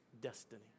destiny